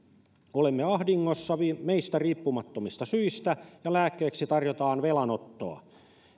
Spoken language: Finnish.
olemme ahdingossa meistä riippumattomista syistä ja lääkkeeksi tarjotaan velanottoa